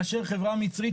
מאשר חברה מצרית,